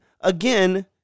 again